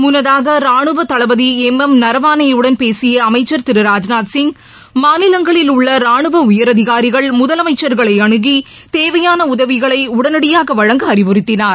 முன்னதாக ராணுவ தளபதி எம் எம் நரவானேயுடன் பேசிய அமைச்சர் திரு ராஜ்நாத் சிங் மாநிலங்களில் உள்ள ராணுவ உயரதிகாரிகள் முதலமைச்சர்களை அனுகி தேவையான உதவிகளை உடனடியாக வழங்க அறிவுறுத்தினார்